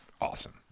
awesome